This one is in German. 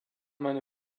meine